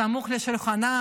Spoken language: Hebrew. סמוך על שולחנם,